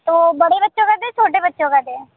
तो बड़े बच्चों का दें छोटे बच्चों का दें